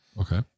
okay